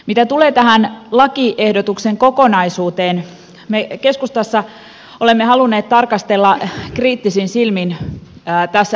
mitä tulee tähän lakiehdotuksen kokonaisuuteen me keskustassa olemme halunneet tarkastella kriittisin silmin tässä esitettyä työllistämiskokeilua